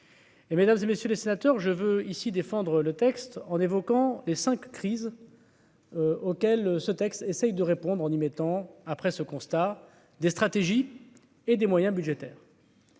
mesdames et messieurs les sénateurs, je veux ici défendre le texte en évoquant les 5 crises auxquelles ce texte essaye de répondre en y mettant après ce constat, des stratégies et des moyens budgétaires.